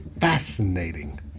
fascinating